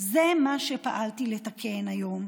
זה מה שפעלתי לתקן היום,